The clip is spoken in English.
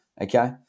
okay